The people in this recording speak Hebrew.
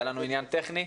היה לנו עניין טכני,